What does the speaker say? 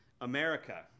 America